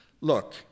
look